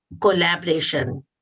collaboration